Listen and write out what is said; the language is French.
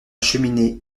cheminée